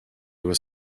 was